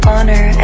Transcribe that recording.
Honor